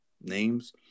names